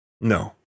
No